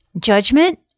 judgment